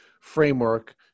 framework